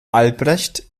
albrecht